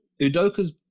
Udoka's